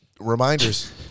Reminders